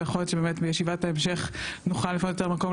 ויכול להיות שבאמת בישיבת ההמשך נוכל לפנות יותר מקום,